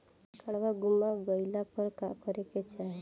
काडवा गुमा गइला पर का करेके चाहीं?